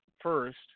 first